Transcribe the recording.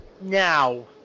now